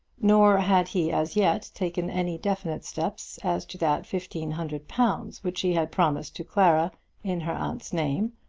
nor had he as yet taken any definite steps as to that fifteen hundred pounds which he had promised to clara in her aunt's name,